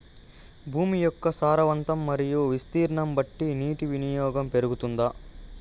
భూమి యొక్క సారవంతం మరియు విస్తీర్ణం బట్టి నీటి వినియోగం పెరుగుతుందా?